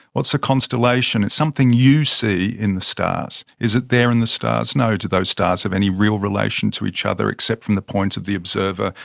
what's a constellation? it's something you see in the stars. is it there in the stars? no. do those stars have any real relation to each other, except from the point of the observer?